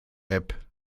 app